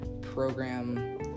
program